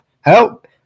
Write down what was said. help